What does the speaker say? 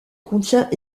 contient